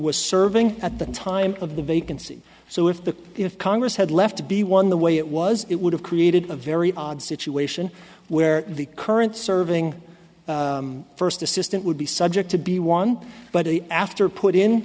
was serving at the time of the vacancy so if the if congress had left to be one the way it was it would have created a very odd situation where the current serving first assistant would be subject to be one but after put in